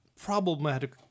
problematic